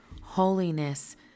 Holiness